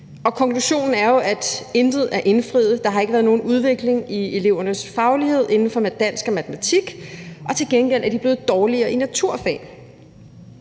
konklusionen er, at intet er indfriet: Der har ikke været nogen udvikling i elevernes faglighed inden for dansk og matematik. Til gengæld er de blevet dårligere i naturfag.